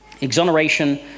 Exoneration